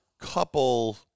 couple